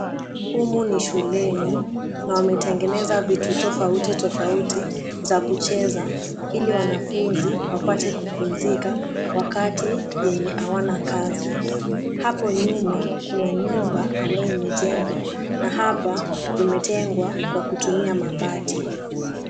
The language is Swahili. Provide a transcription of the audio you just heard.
Humu ni shuleni na wametengeneza vitu tofauti tofauti za kucheza ili wanafunzi wapate kupumzika wakati yenye hawana kazi. Hapo nyuma kuna nyumba ambayo imejengwa na hapa imetengwa kwa kutumia mabati.